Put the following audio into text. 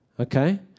Okay